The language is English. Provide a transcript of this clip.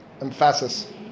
emphasis